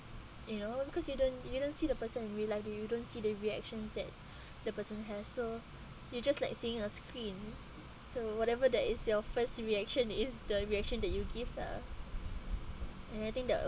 you know because you don't you don't see the person in real life and you don't see the reactions that the person has so you just like seeing a screen so whatever that is your first reaction is the reaction that you give lah and I think that